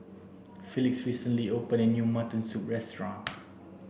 felix recently opened a new mutton soup restaurant